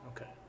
Okay